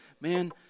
man